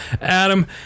Adam